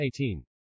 18